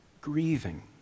grieving